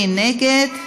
מי נגד?